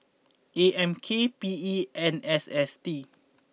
A M K P E and S S T